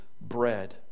bread